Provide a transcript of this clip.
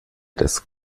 das